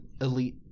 elite